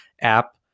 app